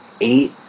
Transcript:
eight